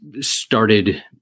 started